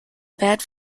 bad